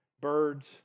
birds